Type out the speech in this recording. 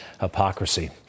hypocrisy